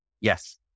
Yes